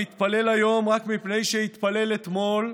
המתפלל היום רק מפני שהתפלל אתמול,